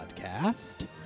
Podcast